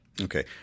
Okay